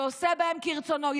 ועושה בהם כרצונו.